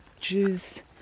Jews